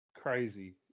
crazy